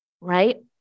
right